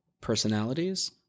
personalities